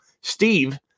Steve